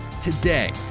today